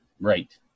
right